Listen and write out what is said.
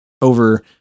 over